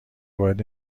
وارد